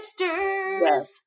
hipsters